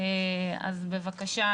אז בבקשה,